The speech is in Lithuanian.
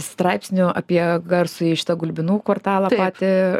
straipsnių apie garsųjį šitą gulbinų kvartalą patį